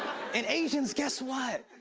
and, asians, guess what?